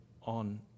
on